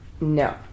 No